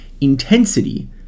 Intensity